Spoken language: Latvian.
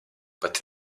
pat